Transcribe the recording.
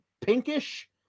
pinkish